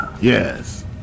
Yes